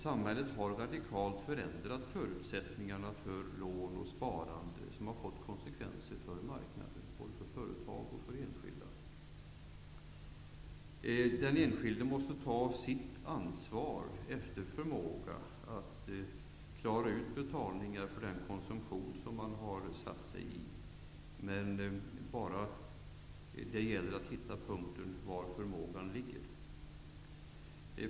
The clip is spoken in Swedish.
Samhället har radikalt förändrat förutsättningarna för lån och sparande, något som fått konsekvenser både för företag och för enskilda. Den enskilde måste efter förmåga ta sitt ansvar för att klara betalningarna för de skulder han ådragit sig. Det gäller att komma fram till den punkt där denna förmåga ligger.